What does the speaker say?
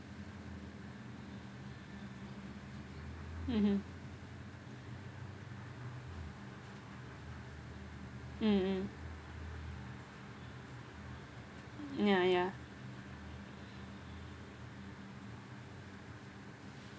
mmhmm mm mm ya ya